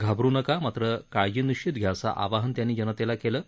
घाबरु नका मात्र काळजी निश्चित घ्या असं आवाहन त्यांनी जनतेला केलं आहे